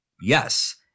Yes